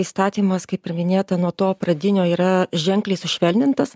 įstatymas kaip ir minėta nuo to pradinio yra ženkliai sušvelnintas